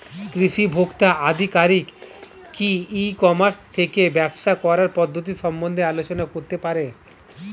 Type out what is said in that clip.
কৃষি ভোক্তা আধিকারিক কি ই কর্মাস থেকে ব্যবসা করার পদ্ধতি সম্বন্ধে আলোচনা করতে পারে?